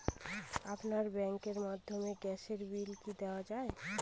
আপনার ব্যাংকের মাধ্যমে গ্যাসের বিল কি দেওয়া য়ায়?